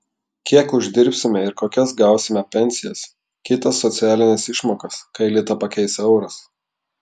kiek uždirbsime ir kokias gausime pensijas kitas socialines išmokas kai litą pakeis euras